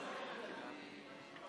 אני לא מבין, או שאני מפספס, טוב,